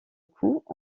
coup